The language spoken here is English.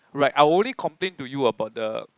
right I'll only complain to you about the